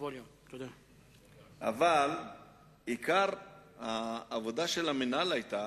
אבל עיקר עבודת המינהל היתה